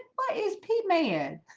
what is p man